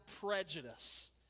prejudice